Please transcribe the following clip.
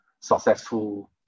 successful